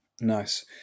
Nice